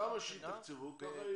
כמה שיתקצבו, כך יהיו יותר.